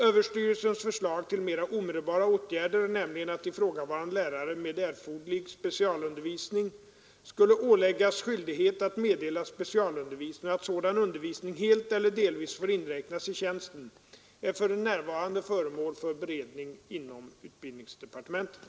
Överstyrelsens förslag till mera omedelbara åtgärder, nämligen att ifrågavarande lärare med erforderlig specialutbildning skulle åläggas skyldighet att meddela specialundervisning och att sådan undervisning helt eller delvis får inräknas i tjänsten, är för närvarande föremål för beredning inom utbildningsdepartementet.